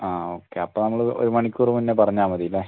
ആ ഓക്കെ അപ്പം നമ്മൾ ഒരു മണിക്കൂർ മുന്നെ പറഞ്ഞാൽ മതി ഇല്ലെ